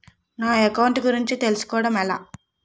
నా అకౌంట్ గురించి తెలుసు కోవడం ఎలా?